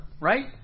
right